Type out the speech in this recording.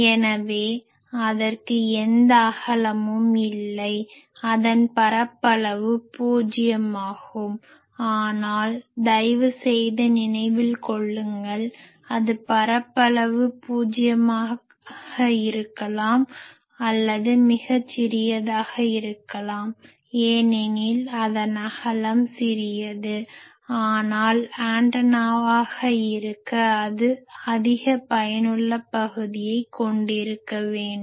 எனவே அதற்கு எந்த அகலமும் இல்லை அதன் பரப்பளவு பூஜ்ஜியமாகும் ஆனால் தயவுசெய்து நினைவில் கொள்ளுங்கள் அது பரப்பளவு பூஜ்ஜியமாக இருக்கலாம் அல்லது மிகச் சிறியதாக இருக்கலாம் ஏனெனில் அதன் அகலம் சிறியது ஆனால் ஆண்டனாவாக இருக்க அது அதிக பயனுள்ள பகுதியைக் கொண்டிருக்க வேண்டும்